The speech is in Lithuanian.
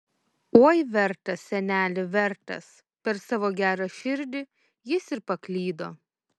oi vertas seneli vertas per savo gerą širdį jis ir paklydo